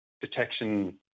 detection